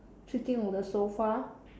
sitting on the sofa